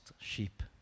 sheep